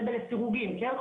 זה בכל העניין של לסירוגין כן?